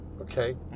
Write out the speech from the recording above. Okay